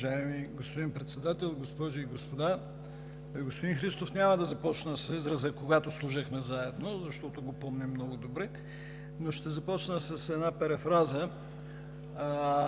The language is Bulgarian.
Уважаеми господин Председател, госпожи и господа! Господин Христов, няма да започна с израза „когато служехме заедно“, защото го помним много добре, но ще започна с една перифраза: